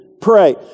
pray